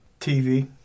TV